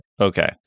Okay